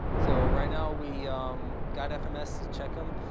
so right now, we got fms to check him.